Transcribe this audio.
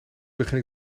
begin